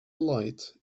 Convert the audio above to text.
light